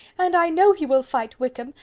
and i know he will fight wickham,